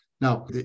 Now